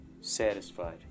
satisfied